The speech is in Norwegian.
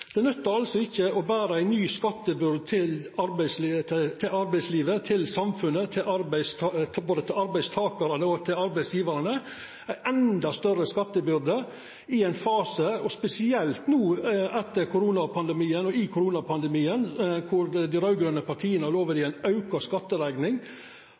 Det nyttar ikkje å bera ei ny skattebyrde over til arbeidslivet, til samfunnet, til både arbeidstakarane og arbeidsgjevarane – ei endå større skattebyrde, og spesielt no i og etter koronapandemien, kor dei raud-grøne partia